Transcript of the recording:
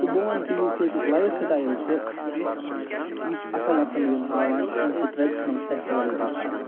تہٕ بہٕ وَنہٕ کہِ یُس ییٚتیُک لایِف سِٹایِل چھِ یہِ چھِ اَصٕل اَصٕل یِم ہاوان یِم چھِ ٹرٛٮ۪ڈِشنَل فٮ۪سٹِوَل ییٚتِکۍ ہاوان